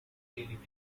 against